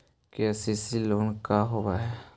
KCC loan का होब हइ?